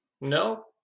No